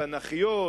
התנ"כיות,